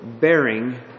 bearing